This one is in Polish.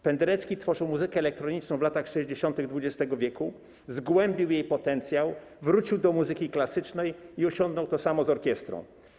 Penderecki tworzył muzykę elektroniczną w latach 60. XX w., zgłębił jej potencjał, wrócił do muzyki klasycznej i osiągnął to samo z orkiestrą.